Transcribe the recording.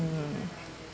mm